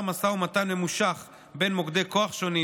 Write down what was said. משא ומתן ממושך בין מוקדי כוח שונים,